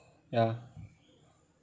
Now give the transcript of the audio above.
ya